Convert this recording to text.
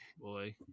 boy